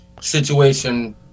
situation